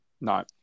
No